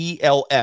ELF